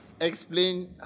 explain